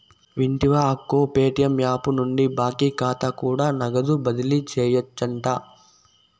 వింటివా అక్కో, Paytm app నుండి బాకీ కాతా కూడా నగదు బదిలీ సేయొచ్చంట